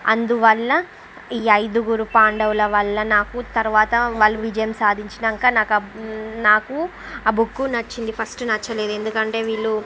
అందువల్ల ఈ ఐదుగురు పాండవుల వల్ల నాకు తరువాత వాళ్ళు విజయం సాధించాక నాక నాకు ఆ బుక్ నచ్చింది ఫస్ట్ నచ్చలేదు ఎందుకంటే వీళ్ళు